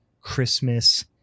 Christmas